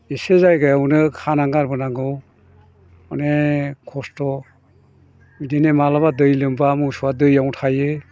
एसे जायगायावनो खाना गारबोनांगौ अनेक खस्थ' बिदिनो मालाबा दै लोमबा मोसौआ दैआवनो थायो